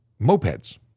Mopeds